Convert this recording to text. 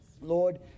Lord